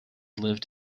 lived